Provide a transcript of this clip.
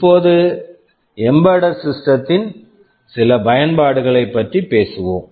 இப்போது embedded system embedded system த்தின் சில பயன்பாடுகளைப் பற்றி பேசுவோம்